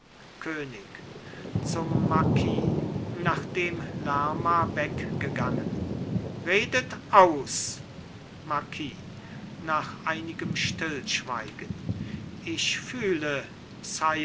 könig zum marquis nachdem lerma weggegangen redet aus marquis nach einigem stillschweigen ich fühle